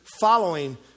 following